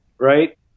Right